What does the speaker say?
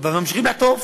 ואנחנו ממשיכים לחטוף.